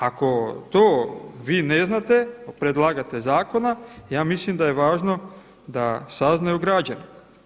Ako to vi ne znate predlagatelj zakona ja mislim da je važno da saznaju građani.